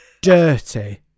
dirty